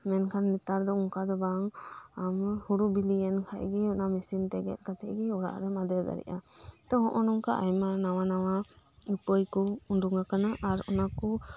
ᱢᱮᱱᱠᱷᱟᱱ ᱱᱮᱛᱟᱨ ᱫᱚ ᱚᱱᱠᱟ ᱫᱚ ᱵᱟᱝ ᱟᱢ ᱦᱳᱲᱳ ᱵᱮᱞᱮᱭᱮᱱ ᱠᱷᱟᱱᱜᱤ ᱚᱱᱟ ᱢᱮᱥᱤᱱ ᱛᱮ ᱜᱮᱫ ᱠᱟᱛᱮᱫ ᱜᱮ ᱚᱲᱟᱜ ᱨᱮᱢ ᱟᱫᱮᱨ ᱫᱟᱲᱤᱭᱟᱜᱼᱟ ᱛᱚ ᱦᱚᱜᱚᱱᱚᱝᱠᱟ ᱟᱭᱢᱟ ᱱᱟᱶᱟ ᱱᱟᱶᱟ ᱩᱯᱟᱹᱭ ᱠᱚ ᱳᱰᱳᱝ ᱟᱠᱟᱱ ᱟᱨ ᱚᱱᱟᱠᱚ